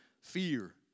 fear